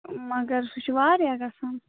مگر سُہ چھُ واریاہ گَژھان